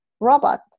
robot